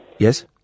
Yes